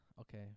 Okay